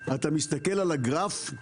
אתה מסתכל על הגרף,